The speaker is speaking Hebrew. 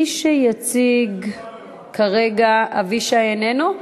מי שיציג, אבישי, איננו?